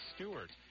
Stewart